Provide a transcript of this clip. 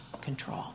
control